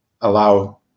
allow